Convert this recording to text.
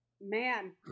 man